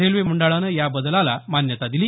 railway मंडळानं या बदलाला मान्यता दिली